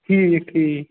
ٹھیٖک ٹھیٖک